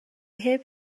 heb